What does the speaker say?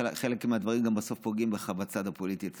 חלק מהדברים בסוף גם פוגעים בך בצד הפוליטי אצלך,